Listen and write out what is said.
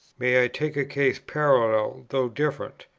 may i take a case parallel though different?